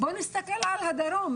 בואי נסתכל על הדרום.